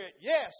Yes